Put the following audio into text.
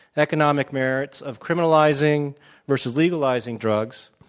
economic merits of criminalizing versus legalizing drugs,